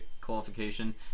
qualification